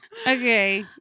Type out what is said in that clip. Okay